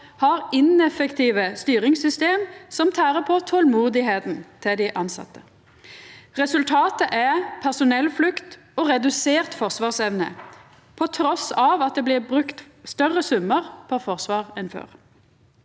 har ineffektive styringssystem som tærer på tolmodet til dei tilsette. Resultatet er personellflukt og redusert forsvarsevne trass i at det blir brukt større summar på forsvar enn før.